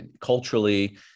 culturally